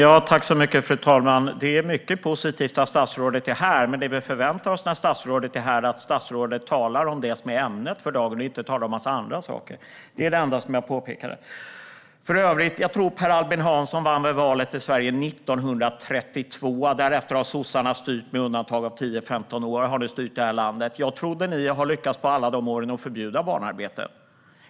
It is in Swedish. Fru talman! Det är mycket positivt att statsrådet är här, men då förväntar vi oss att statsrådet talar om det som är ämnet för dagen och inte om en massa andra saker. Det var det enda jag påpekade. Jag tror att Per Albin Hansson vann valet i Sverige 1932. Därefter har sossarna styrt landet med undantag av 10-15 år. Jag trodde att ni under alla de åren hade lyckats förbjuda barnarbete.